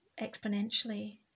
exponentially